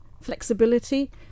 flexibility